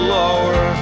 lower